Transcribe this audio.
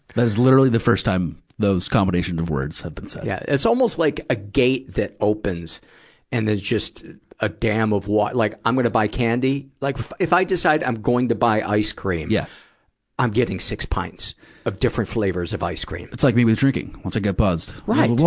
that is literally the first time those combination of words have been said. yeah. it's almost like a gate that opens and is just a dam of wa, like i'm gonna buy candy? like if i decide i'm going to buy ice cream, yeah i'm getting six pints of different flavors of ice cream. it's like me with drinking. but right! and